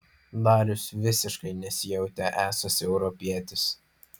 darius visiškai nesijautė esąs europietis